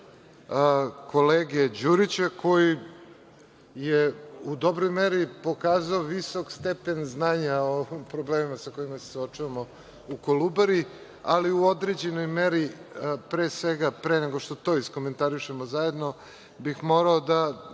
kolege Đurića koji je u dobroj meri pokazao visok stepen znanja o problemima sa kojima se suočavamo u Kolubari, ali u određenoj meri pre svega, pre nego što to iskomentarišem, morao bih da